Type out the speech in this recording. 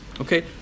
Okay